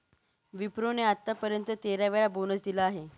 विप्रो ने आत्तापर्यंत तेरा वेळा बोनस दिला आहे